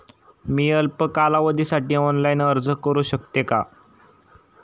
मी अल्प कालावधीसाठी ऑनलाइन अर्ज करू शकते का?